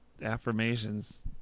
Affirmations